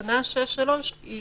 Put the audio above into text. ותקנה 6(3) היא